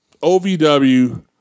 OVW